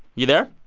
you there?